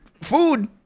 food